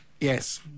Yes